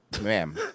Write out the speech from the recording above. Ma'am